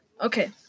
Okay